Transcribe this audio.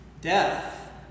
death